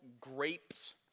grapes